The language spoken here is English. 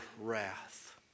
wrath